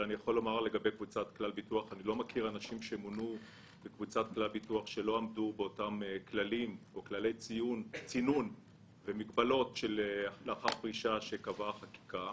- שלא עמדו באותם כללי צינון ומגבלות לאחר פרישה שקבעה החקיקה.